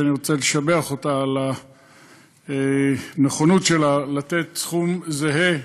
שאני רוצה לשבח אותה על הנכונות שלה לתת סכום זהה,